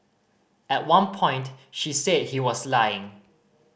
at one point she said he was lying